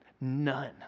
None